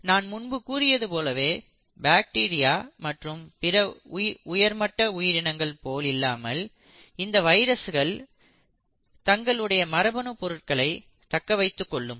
நான் முன்பு கூறியது போலவே பாக்டீரியா மற்றும் பிற உயர் மட்ட உயிரினங்கள் போல் இல்லாமல் இந்த வைரஸ்கள் தங்களுடைய மரபணு பொருட்களை தக்க வைத்துக்கொள்ளும்